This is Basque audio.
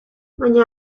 baina